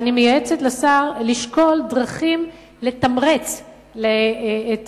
ואני מייעצת לשר לשקול דרכים לתמרץ את